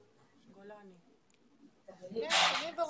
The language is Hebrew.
אדוני היושב-ראש,